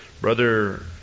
Brother